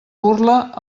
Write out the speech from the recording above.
burla